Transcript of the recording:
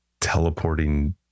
teleporting